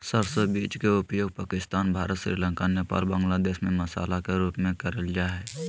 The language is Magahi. सरसो बीज के उपयोग पाकिस्तान, भारत, श्रीलंका, नेपाल, बांग्लादेश में मसाला के रूप में करल जा हई